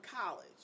college